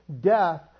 death